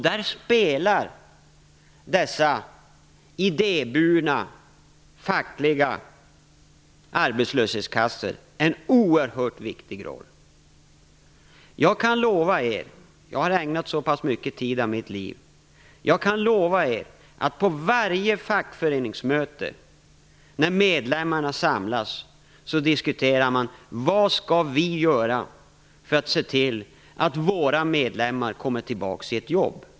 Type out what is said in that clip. Där spelar dessa idéburna fackliga arbetslöshetskassor en oerhört viktig roll. Jag har ägnat så pass mycket tid av mitt liv åt detta att jag kan lova er att man på varje fackföreningsmöte när medlemmarna samlas diskuterar och frågar sig: Vad skall vi göra för att se till att våra medlemmar kommer tillbaks i ett jobb?